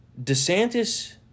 DeSantis